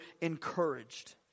encouraged